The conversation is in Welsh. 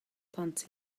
plant